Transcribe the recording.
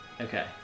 Okay